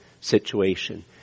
situation—